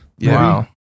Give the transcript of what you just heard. Wow